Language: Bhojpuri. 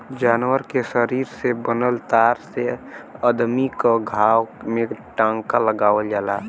जानवर के शरीर से बनल तार से अदमी क घाव में टांका लगावल जाला